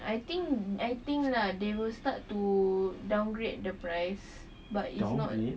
I think I think lah they will start to downgrade the price but it's not